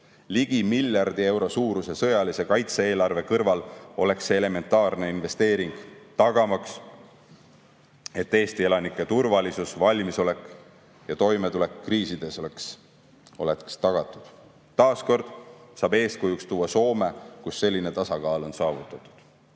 Ligi miljardi euro suuruse sõjalise kaitse-eelarve kõrval oleks see elementaarne investeering, tagamaks, et Eesti elanike turvalisus, valmisolek ja toimetulek kriisides oleks tagatud. Taas kord saab eeskujuks tuua Soome, kus selline tasakaal on saavutatud.